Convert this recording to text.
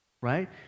right